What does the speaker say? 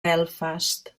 belfast